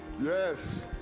Yes